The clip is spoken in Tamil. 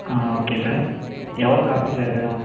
ஆ ஓகே சார் எவ்வளோ காப்பி சார் வேணும்